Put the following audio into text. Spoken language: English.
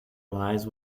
lies